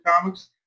comics